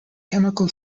chemical